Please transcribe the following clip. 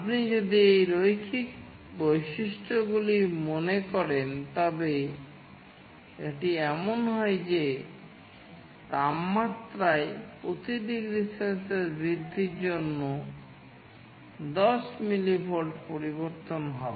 আপনি যদি এই রৈখিক বৈশিষ্ট্যগুলি মনে করেন তবে এটি এমন হয় যে তাপমাত্রায় প্রতি ডিগ্রি সেলসিয়াস বৃদ্ধির জন্য 10 মিলিভোল্ট পরিবর্তন হবে